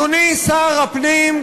אדוני שר הפנים,